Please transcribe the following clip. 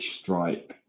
stripe